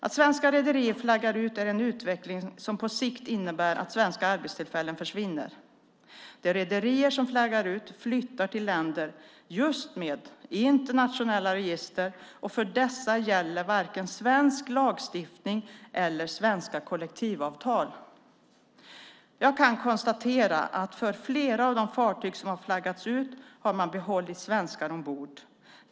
Att svenska rederier flaggar ut är en utveckling som på sikt innebär att svenska arbetstillfällen försvinner. De rederier som flaggar ut flyttar till länder just med internationella register, och för dessa gäller varken svensk lagstiftning eller svenska kollektivavtal. Jag kan dock konstatera att för flera av de fartyg som har flaggats ut har man behållit svenskar ombord.